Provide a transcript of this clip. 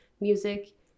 music